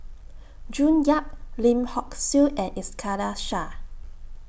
June Yap Lim Hock Siew and Iskandar Shah